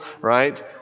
right